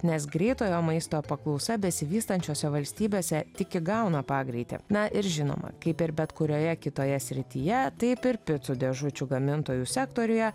nes greitojo maisto paklausa besivystančiose valstybėse tik įgauna pagreitį na ir žinoma kaip ir bet kurioje kitoje srityje taip ir picų dėžučių gamintojų sektoriuje